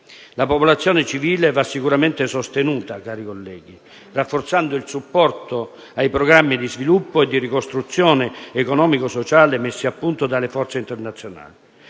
La popolazione civile va sicuramente sostenuta, cari colleghi, rafforzando il supporto ai programmi di sviluppo e di ricostruzione economico sociale messi a punto dalle forze internazionali.